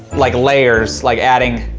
like layers, like adding,